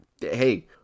Hey